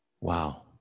wow